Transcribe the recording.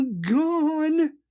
gone